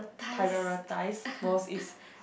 prioritise most is